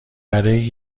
برای